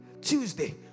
Tuesday